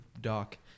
doc